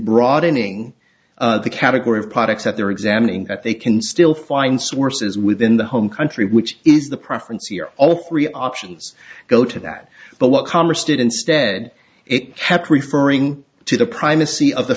broadening the category of products that they're examining that they can still find sources within the home country which is the preference here all three options go to that but what congress did instead it kept referring to the primacy of the